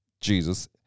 Jesus